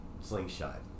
slingshot